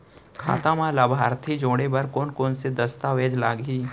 खाता म लाभार्थी जोड़े बर कोन कोन स दस्तावेज लागही?